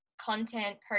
content